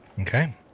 Okay